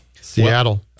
Seattle